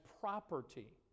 property